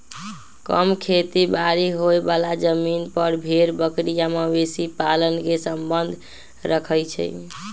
कम खेती बारी होय बला जमिन पर भेड़ बकरी आ मवेशी पालन से सम्बन्ध रखई छइ